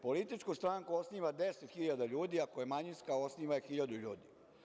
Političku stranku osniva 10.000 ljudi, a ako je manjinska osniva je hiljadu ljudi.